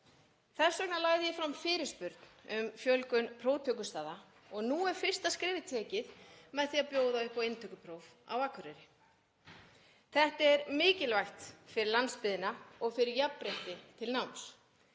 Þess vegna lagði ég fram fyrirspurn um fjölgun próftökustaða og nú er fyrsta skrefið tekið með því að bjóða upp á inntökupróf á Akureyri. Þetta er mikilvægt fyrir landsbyggðina og fyrir jafnrétti til náms.